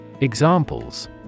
Examples